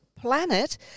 planet